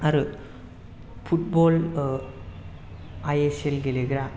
आरो football I S L गेलेग्रा